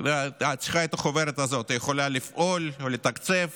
צריכה את החוברת הזאת, היא יכולה לפעול ולתקצב